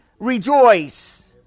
Rejoice